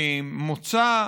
מוצא,